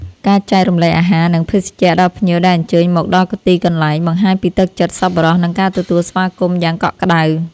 ការចែករំលែកអាហារ និងភេសជ្ជៈដល់ភ្ញៀវដែលអញ្ជើញមកដល់ទីកន្លែង បង្ហាញពីទឹកចិត្តសប្បុរសនិងការទទួលស្វាគមន៍យ៉ាងកក់ក្តៅ។